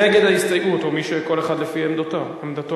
ההסתייגות של שר האוצר לסעיף 2 לא נתקבלה.